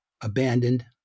abandoned